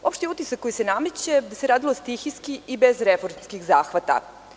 Opšti utisak koji se nameće da se radilo stihijski i bez reformskih zahvata.